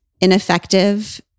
ineffective